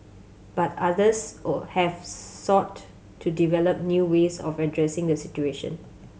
but others have sought to develop new ways of addressing the situation